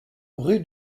rue